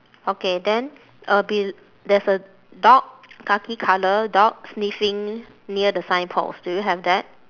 okay then uh bel~ there's a dog khaki colour dog sniffing near the sign post do you have that